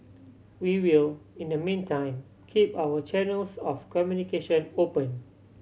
we will in the meantime keep our channels of communication open